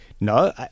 No